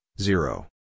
zero